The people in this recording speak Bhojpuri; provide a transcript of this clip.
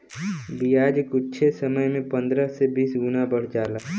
बियाज कुच्छे समय मे पन्द्रह से बीस गुना बढ़ जाला